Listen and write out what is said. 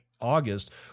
August